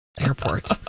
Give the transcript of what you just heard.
Airport